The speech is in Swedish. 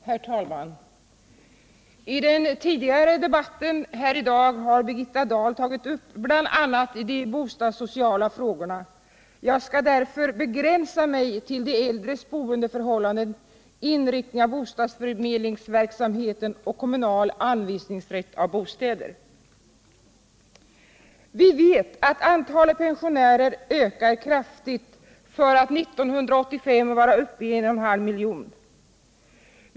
Herr talman! I den tidigare debatten i dag har Birgitta Dahl tagit upp bl.a. de bostadssociala frågorna. Jag skall därför begränsa mig till de äldres boendeförhållanden, inriktningen av bostadsförmedlingsverksamheten och kommunal anvisningsrätt av bostäder. Vi vet att antalet pensionärer ökar kraftigt, för att år 1985 vara uppe i 1,5 miljoner.